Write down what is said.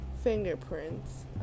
fingerprints